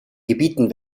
gebieten